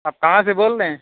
آپ کہاں سے بول رہے ہیں